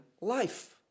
life